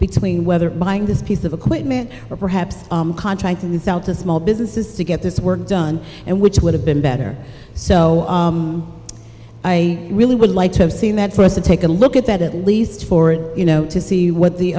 between whether buying this piece of equipment or perhaps contracting this out to small businesses to get this work done and which would have been better so i really would like to have seen that for us to take a look at that at least for it you know to see what the